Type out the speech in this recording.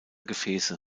gefäße